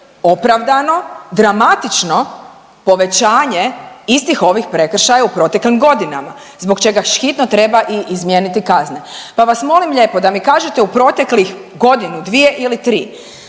opravdano dramatično povećanje istih ovih prekršaja u proteklim godina zbog čega hitno treba i izmijeniti kazne. Pa vas molim lijepo da mi kažete u proteklih godinu, dvije ili tri,